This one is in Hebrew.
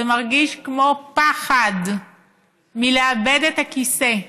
זה מרגיש כמו פחד מלאבד את הכיסא.